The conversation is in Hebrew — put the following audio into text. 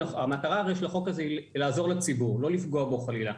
הרי המטרה של החוק הזה היא לעזור לציבור ולא לפגוע בו חלילה.